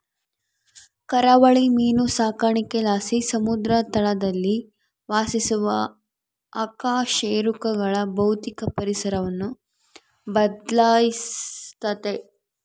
ಕರಾವಳಿ ಮೀನು ಸಾಕಾಣಿಕೆಲಾಸಿ ಸಮುದ್ರ ತಳದಲ್ಲಿ ವಾಸಿಸುವ ಅಕಶೇರುಕಗಳ ಭೌತಿಕ ಪರಿಸರವನ್ನು ಬದ್ಲಾಯಿಸ್ತತೆ